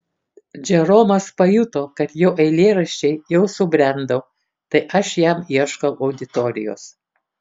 džeromas pajuto kad jo eilėraščiai jau subrendo tai aš jam ieškau auditorijos